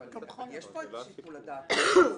יש כאן את שיקול הדעת בוועדה.